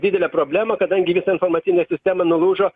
didelę problemą kadangi visa informacinė sistema nulūžo